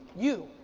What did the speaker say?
you,